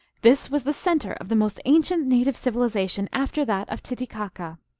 this was the centre of the most ancient native civilization after that of titicaca.